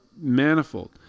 manifold